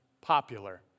Popular